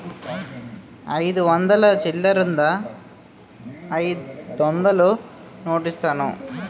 అయిదు వందలు చిల్లరుందా అయిదొందలు నోటిస్తాను?